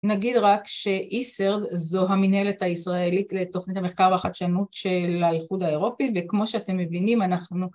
‫נגיד רק שאיסרד זו המנהלת הישראלית ‫לתוכנית המחקר והחדשנות ‫של האיחוד האירופי, ‫וכמו שאתם מבינים, אנחנו...